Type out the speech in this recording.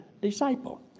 disciple